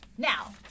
Now